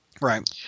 Right